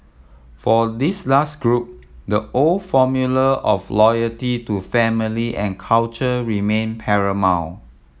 for this last group the old formula of loyalty to family and culture remained paramount